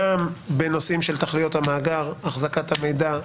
גם בנושאים של תכליות המאגר, החזקת המידע.